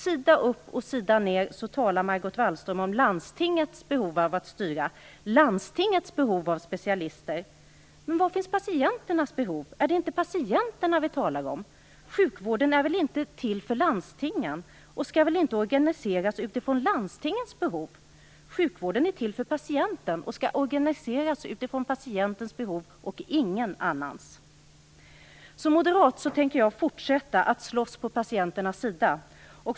Sida upp och sida ned talar Margot Wallström om landstingets behov av att styra och landstingets behov av specialister. Men var finns patienternas behov? Är det inte patienterna vi talar om? Sjukvården är väl inte till för landstingen och skall väl inte organiseras utifrån landstingens behov? Sjukvården är till för patienterna och skall organiseras utifrån deras behov - ingen annans. Som moderat tänker jag fortsätta att slåss på patienternas sida.